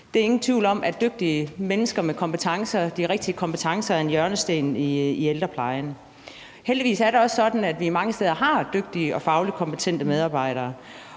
Der er ingen tvivl om, at dygtige mennesker med de rigtige kompetencer er en hjørnesten i ældreplejen. Heldigvis er det også sådan, at vi mange steder har dygtige og fagligt kompetente medarbejdere,